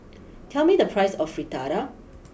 tell me the price of Fritada